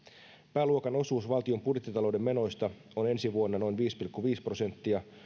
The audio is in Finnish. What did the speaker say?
pääluokan osuus valtion budjettitalouden menoista on ensi vuonna noin viisi pilkku viisi prosenttia